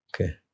Okay